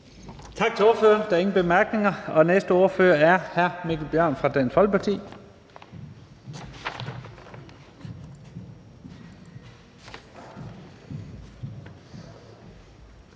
Tak til ordføreren. Der er ingen korte bemærkninger. Den næste ordfører er hr. Mikkel Bjørn fra Dansk Folkeparti.